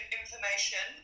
information